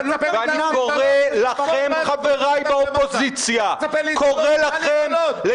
ואני קורא לכם, חבריי באופוזיציה, לגלות